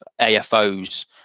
afos